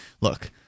look